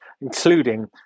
including